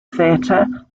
theater